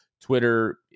twitter